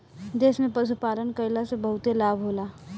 देश में पशुपालन कईला से बहुते लाभ होला